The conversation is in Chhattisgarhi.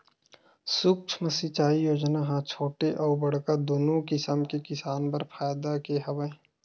सुक्ष्म सिंचई योजना ह छोटे अउ बड़का दुनो कसम के किसान बर फायदा के हवय